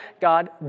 God